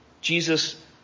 Jesus